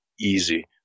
easy